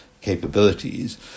capabilities